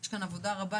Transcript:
יש כאן עבודה רבה.